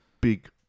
big